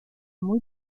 muy